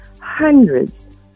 hundreds